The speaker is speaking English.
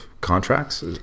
contracts